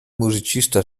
musicista